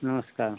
नमस्कार